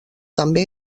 també